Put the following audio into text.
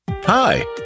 Hi